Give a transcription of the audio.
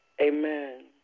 Amen